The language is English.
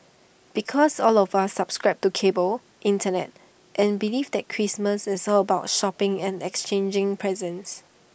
because all of us subscribe to cable Internet and belief that Christmas is all about shopping and exchanging presents